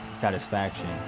satisfaction